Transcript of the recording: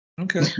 Okay